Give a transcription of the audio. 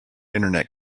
internet